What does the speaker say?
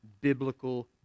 biblical